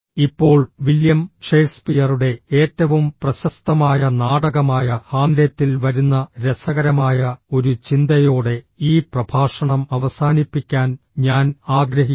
ഇപ്പോൾ വില്യം ഷേക്സ്പിയറുടെ ഏറ്റവും പ്രശസ്തമായ നാടകമായ ഹാംലെറ്റിൽ വരുന്ന രസകരമായ ഒരു ചിന്തയോടെ ഈ പ്രഭാഷണം അവസാനിപ്പിക്കാൻ ഞാൻ ആഗ്രഹിക്കുന്നു